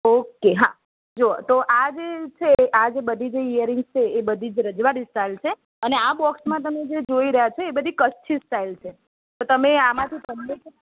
okay હા જો તો આ જે છે આ જે બધી જે ઇયરિંગ્સ છે એ બધી જ રજવાડી સ્ટાઇલ છે અને આ બોક્સમાં તમે જે જોઈ રહ્યા છો એ બધી કચ્છી સ્ટાઇલ છે તો તમે આમાંથી તમને જે